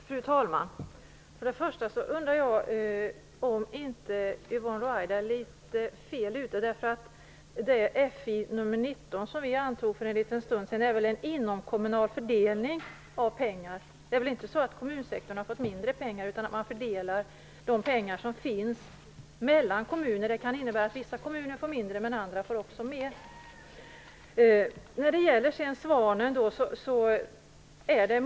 Fru talman! Först och främst undrar jag om inte Yvonne Ruwaida är ute i litet fel ärende. De förslag i FiU19 som vi antog för en liten stund sedan innebär en inomkommunal fördelning av pengar. Kommunsektorn har inte fått mindre pengar, utan man fördelar de pengar som finns mellan kommuner. Det kan innebära att vissa kommuner får mindre, men att andra får mer.